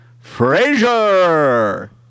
Frazier